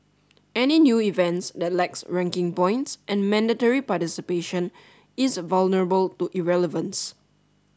any new event that lacks ranking points and mandatory participation is vulnerable to irrelevance